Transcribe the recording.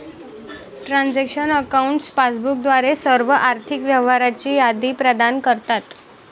transaction accounts passbook द्वारे सर्व आर्थिक व्यवहारांची यादी प्रदान करतात